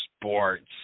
sports